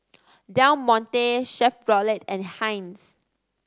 Del Monte Chevrolet and Heinz